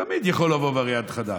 תמיד יכול לבוא וריאנט חדש,